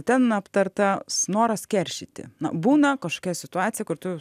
ten aptartas noras keršyti na būna kažkokia situacija kur tu